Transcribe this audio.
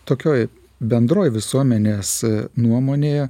tokioj bendroj visuomenės nuomonėje